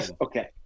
Okay